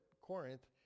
Corinth